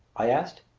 i asked.